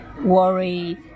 worry